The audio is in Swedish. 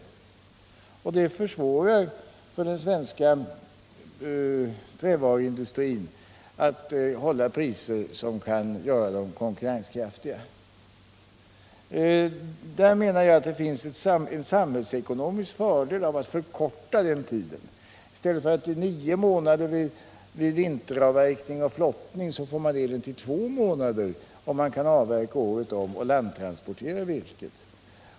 Detta försvårar för den svenska trävaruindustrin att hålla konkurrenskraftiga priser. Det finns, menar jag, en samhällsekonomisk fördel av att förkorta denna tid. Från nio månader vid vinteravverkning och flottning får man ned den till två månader, om man kan avverka året om och landtransportera virket.